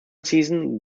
season